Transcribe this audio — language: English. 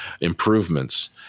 improvements